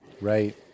Right